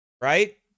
Right